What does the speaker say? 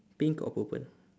pink or purple